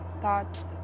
thoughts